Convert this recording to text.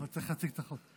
אבל צריך להציג את החוק.